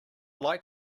like